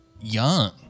young